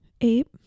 Eight